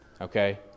Okay